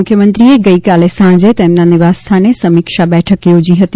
મુખ્યમંત્રીએ ગઇકાલે સાંજે તેમના નિવાસસ્થાને સમીક્ષા બેઠક યોજી હતી